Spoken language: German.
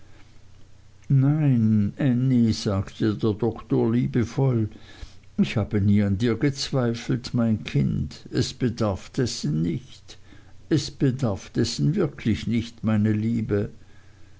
nein ännie sagte der doktor liebevoll ich habe nie an dir gezweifelt mein kind es bedarf dessen nicht es bedarf dessen wirklich nicht meine liebe